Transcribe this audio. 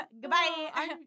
Goodbye